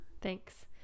thanks